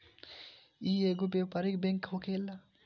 इ एगो व्यापारिक बैंक होखेला